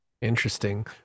interesting